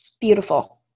beautiful